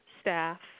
staff